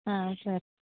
సరే